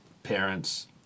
parents